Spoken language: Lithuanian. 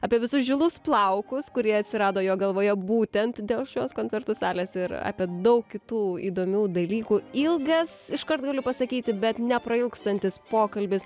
apie visus žilus plaukus kurie atsirado jo galvoje būtent dėl šios koncertų salės ir apie daug kitų įdomių dalykų ilgas iškart galiu pasakyti bet neprailgstantis pokalbis